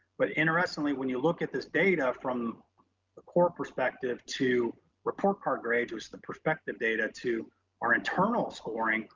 but interestingly, when you look at this data from the core perspective to report card grades, what's the perspective data to our internal scoring.